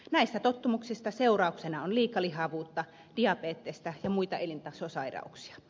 näistä tottumuksista seurauksena on liikalihavuutta diabetesta ja muita elintasosairauksia